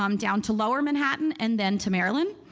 um down to lower manhattan and then to maryland.